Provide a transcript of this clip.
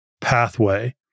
pathway